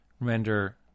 render